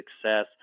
success